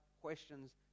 questions